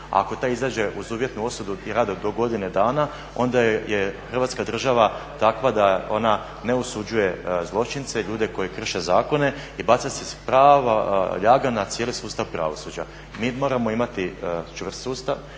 ako taj izađe uz uvjetnu osudu i radom do godine dana onda je Hrvatska država takva da ona ne osuđuje zločince, ljude koji krše zakone i baca se prava ljaga na cijeli sustav pravosuđa. Mi moramo imati čvrst sustav